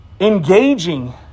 engaging